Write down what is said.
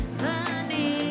funny